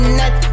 net